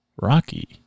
rocky